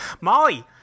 Molly